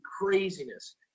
craziness